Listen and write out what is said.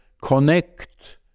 connect